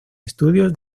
estudios